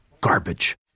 Garbage